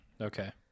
Okay